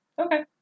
Okay